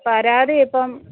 പരാതിയിപ്പം